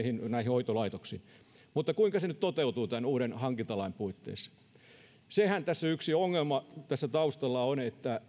hoitolaitoksiin mutta kuinka se nyt toteutuu tämän uuden hankintalain puitteissa sehän yksi ongelma tässä taustalla on että